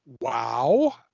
wow